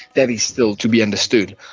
that is still to be understood.